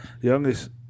youngest